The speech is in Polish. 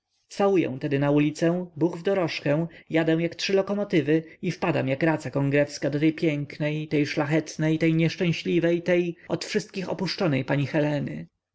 cwałuję tedy na ulicę buch w dorożkę jadę jak trzy lokomotywy i wpadam jak raca kongrewska do tej pięknej tej szlachetnej tej nieszczęśliwej tej od wszystkich opuszczonej pani heleny